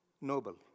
noble